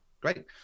Great